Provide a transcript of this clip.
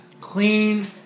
clean